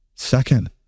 Second